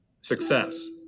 success